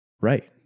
right